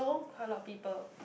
quite a lot of people